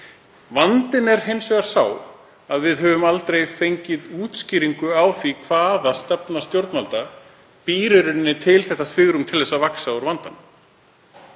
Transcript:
Vandinn er hins vegar sá að við höfum aldrei fengið útskýringu á því hvaða stefna stjórnvalda býr í raun til það svigrúm að vaxa út úr vandanum.